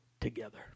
together